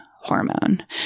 hormone